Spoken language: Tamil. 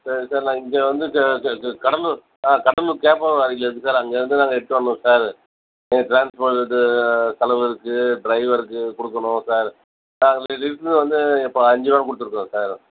சரிங்க சார் நான் இங்கே வந்துவிட்டு கடலூர் கடலூர் கேப்பனகாரர் வீதியில இருக்கு சார் அங்கேருந்து நாங்கள் எடுத்துகிட்டு வரணும் சார் எங்களுக்கு ட்ரான்ஸ்போர்ட் இது செலவு இருக்கு ட்ரைவருக்கு கொடுக்கணும் சார் சார் லிட்ரு வந்து இப்போ அஞ்சுருவா கொடுத்துருக்கோம் சார்